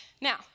Now